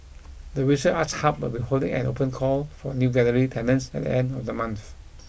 the visual arts hub will be holding an open call for new gallery tenants at the end of the month